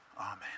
Amen